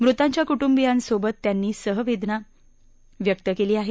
मृतांच्या कुटुंबियांसोबत त्यांनी सहवेदना व्यक्त केली आहे